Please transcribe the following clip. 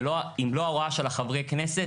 אם לא ההוראה של חברי הכנסת,